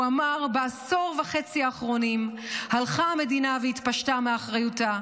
הוא אמר: "בעשור וחצי האחרונים הלכה המדינה והתפשטה מאחריותה,